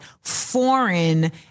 foreign